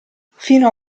fino